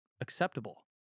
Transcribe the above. acceptable